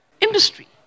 industry